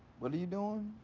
what are you doing?